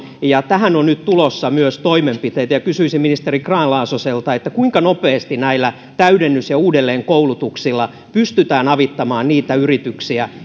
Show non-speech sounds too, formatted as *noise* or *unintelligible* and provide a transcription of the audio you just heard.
ja tähän on nyt tulossa myös toimenpiteitä kysyisin ministeri grahn laasoselta kuinka nopeasti näillä täydennys ja uudelleenkoulutuksilla pystytään avittamaan niitä yrityksiä *unintelligible*